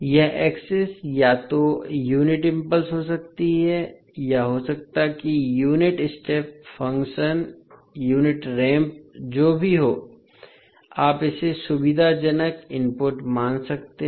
यह एक्सेस या तो यूनिट इम्पल्स हो सकती है या हो सकता है कि unit step function unit ramp जो भी हो आप इसे सुविधाजनक इनपुट मान सकते हैं